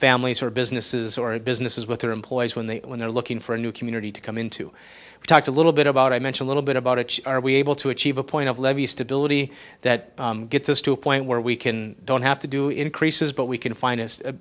families or businesses or businesses with their employees when they when they're looking for for a new community to come in to talk a little bit about i mentioned little bit about it are we able to achieve a point of levee stability that gets us to a point where we can don't have to do increases but we can find a